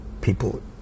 people